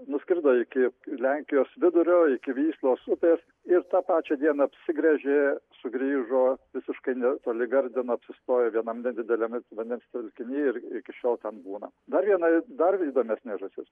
nuskrido iki lenkijos vidurio iki vyslos upės ir tą pačią dieną apsigręžė sugrįžo visiškai netoli gardino apsistojo vienam nedideliame vandens telkiny ir iki šiol ten būna dar viena dar įdomesnė žąsis